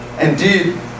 indeed